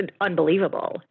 unbelievable